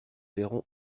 verront